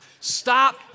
Stop